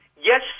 Yes